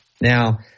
Now